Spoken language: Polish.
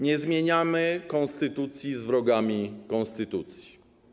Nie zmienimy konstytucji z wrogami konstytucji.